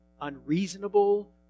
unreasonable